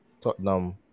Tottenham